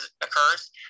occurs